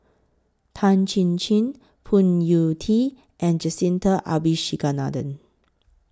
Tan Chin Chin Phoon Yew Tien and Jacintha Abisheganaden